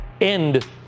end